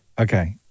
Okay